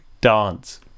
dance